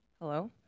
Hello